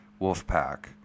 Wolfpack